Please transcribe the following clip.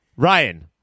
Ryan